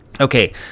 okay